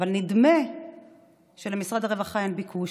אבל נדמה שלמשרד הרווחה אין ביקוש.